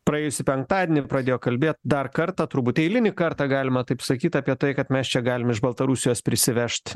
praėjusį penktadienį pradėjo kalbėt dar kartą turbūt eilinį kartą galima taip sakyt apie tai kad mes čia galim iš baltarusijos prisivežt